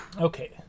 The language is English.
Okay